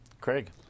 Craig